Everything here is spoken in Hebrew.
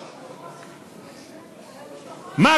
ולמשפחות.